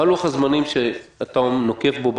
מה לוח הזמנים שאתה נוקט בו באוצר,